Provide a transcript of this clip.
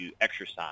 exercise